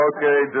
Okay